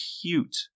cute